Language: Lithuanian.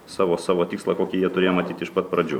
savo savo tikslą kokį jie turėjo matyt iš pat pradžių